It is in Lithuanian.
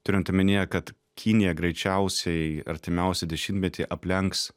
turint omenyje kad kinija greičiausiai artimiausią dešimtmetį aplenks